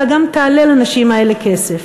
אלא גם תעלה לנשים האלה כסף.